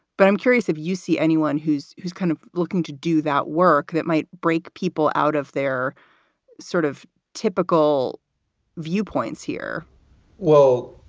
but i'm curious if you see anyone who's who's kind of looking to do that work, that might break people out of their sort of typical viewpoints here well,